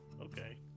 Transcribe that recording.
okay